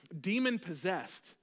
demon-possessed